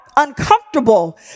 uncomfortable